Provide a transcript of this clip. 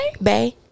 bae